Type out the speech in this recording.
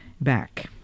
back